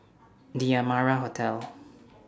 The Amara Hotel